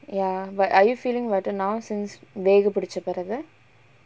ya wait are you feeling better now since வேகு புடிச்ச பிறகு:vegu pudicha piragu